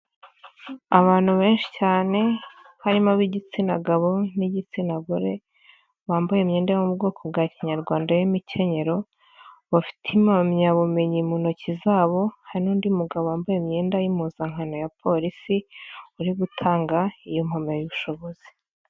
Abantu benshi cyane harimo ab'igitsina gabo n'igitsina gore, bambaye imyenda yo mu bwoko bwa kinyarwanda n'imikenyero, bafite impamyabumenyi mu ntoki zabo, hari n'undi mugabo wambaye imyenda y'impuzankano ya polisi uri gutanga iyo mpamyabushobozi.